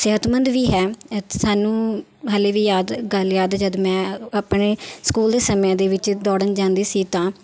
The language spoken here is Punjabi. ਸਿਹਤਮੰਦ ਵੀ ਹੈ ਅਤੇ ਸਾਨੂੰ ਹਲੇ ਵੀ ਯਾਦ ਗੱਲ ਯਾਦ ਜਦ ਮੈਂ ਆਪਣੇ ਸਕੂਲ ਦੇ ਸਮੇਂ ਦੇ ਵਿੱਚ ਦੌੜਨ ਜਾਂਦੀ ਸੀ ਤਾਂ